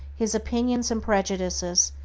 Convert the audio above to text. his opinions and prejudices,